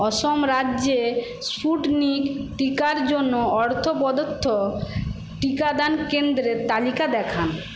অসম রাজ্যে স্পুটনিক টিকার জন্য অর্থ প্রদত্ত টিকাদান কেন্দ্রের তালিকা দেখান